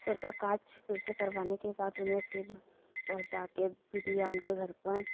sir का काज फिर से करवाने के बाद उन्हें फिर पहुँचा के दिया उनके घर पर